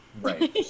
Right